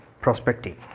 prospecting